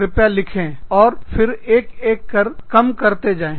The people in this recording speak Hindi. कृपया लिखें और फिर एक एक करके कम करते जाए